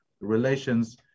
relations